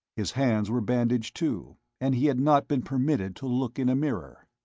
his hands were bandaged, too, and he had not been permitted to look in a mirror.